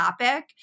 topic